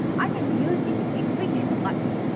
i can use it to enrich your life.